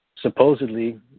supposedly